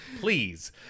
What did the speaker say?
Please